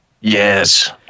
Yes